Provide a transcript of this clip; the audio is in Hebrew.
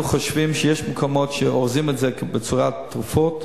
אנחנו חושבים שיש מקומות שאורזים את זה בצורת תרופות